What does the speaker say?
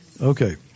Okay